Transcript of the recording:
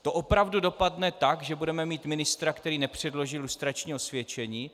To opravdu dopadne tak, že budeme mít ministra, který nepředložil lustrační osvědčení?